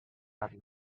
that